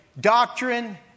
Doctrine